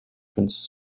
prince